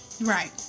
Right